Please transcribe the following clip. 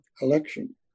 election